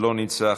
לא נמצא,